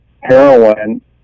heroin